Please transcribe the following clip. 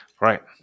Right